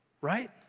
right